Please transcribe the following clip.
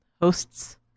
hosts